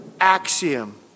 axiom